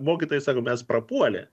mokytojai sako mes prapuolę